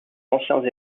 anciens